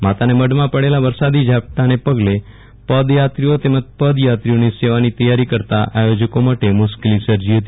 માતાનામઢમાં પડેલા વરસાદી ઝાપટાએ પગલે પદયાત્રીઓ તેમજ પદયાત્રીઓની સેવાની તૈયાર કરતા આયોજકો માટે મુશ્કેલી સર્જી હતી